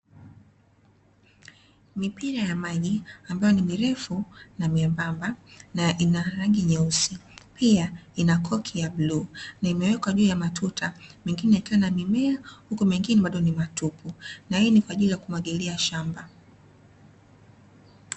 Mipira ya maji ambayo ni mirefu na membamba pia ina koki ya bluu na imewekwa juu ya matuta mengine yakiwa na mimea huku mengine bado ni matupu na hii ni kwa ajili ya kumwagilia shamba.